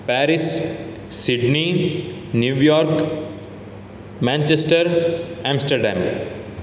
Paris Sydney New York Manchester Amsterdam